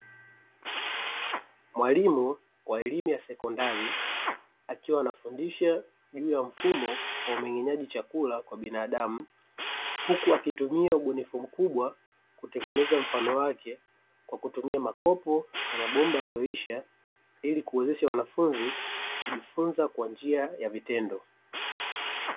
Mwalimu wa elimu ya sekondari akiwa anafundisha juu ya mfumo wa umeng'enyaji chakula kwa binadamu, huku akitumia ubunifu mkubwa kutengeneza mfano wake kwa kutumia makopo na mabomba yalioisha, ili kuwezesha wanafunzi kujifunza kwa njia ya vitendo.